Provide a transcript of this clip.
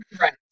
Right